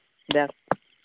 দিয়ক